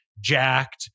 jacked